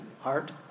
heart